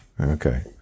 Okay